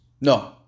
No